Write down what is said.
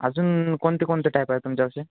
अजून कोणते कोणते टाईप आहे तुमच्या कसे